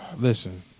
Listen